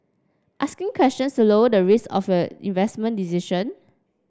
asking questions to lower the risk of investment decision